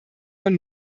von